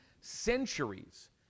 centuries